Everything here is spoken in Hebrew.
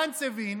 גנץ הבין